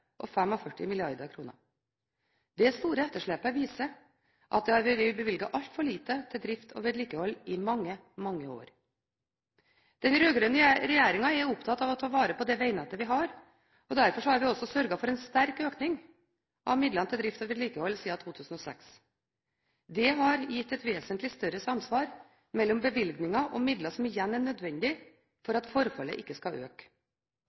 og 45 mrd. kr. Det store etterslepet viser at det har vært bevilget altfor lite til drift og vedlikehold i mange, mange år. Den rød-grønne regjeringen er opptatt av å ta vare på det vegnettet vi har, og derfor har vi også sørget for en sterk økning av midlene til drift og vedlikehold siden 2006. Det har gitt et vesentlig større samsvar mellom bevilgninger og midler som igjen er nødvendig for at forfallet ikke skal øke.